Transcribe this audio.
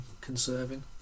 conserving